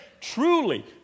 truly